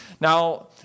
now